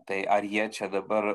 tai ar jie čia dabar